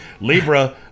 Libra